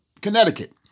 Connecticut